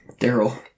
Daryl